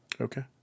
Okay